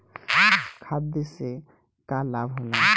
खाद्य से का लाभ होला?